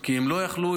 כי הם לא יכלו.